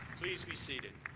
please be seated.